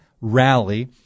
rally